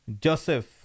Joseph